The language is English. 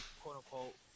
quote-unquote